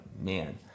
man